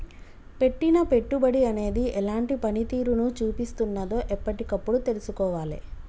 పెట్టిన పెట్టుబడి అనేది ఎలాంటి పనితీరును చూపిస్తున్నదో ఎప్పటికప్పుడు తెల్సుకోవాలే